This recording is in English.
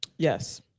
Yes